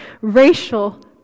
racial